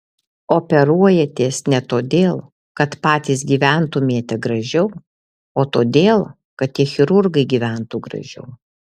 operuojatės ne todėl kad patys gyventumėte gražiau o todėl kad tie chirurgai gyventų gražiau